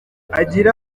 agira